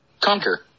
conquer